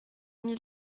mille